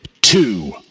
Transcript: two